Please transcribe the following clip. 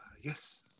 Yes